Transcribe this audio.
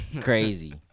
crazy